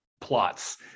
plots